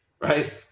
right